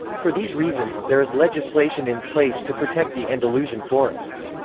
for these reasons, there is legislation in place to protect the andalusian forests.